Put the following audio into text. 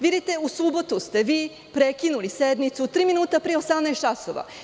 Vidite, u subotu ste vi prekinuli sednicu tri minuta pre 18 časova.